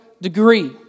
degree